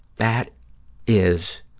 that is